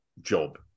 job